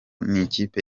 nikipe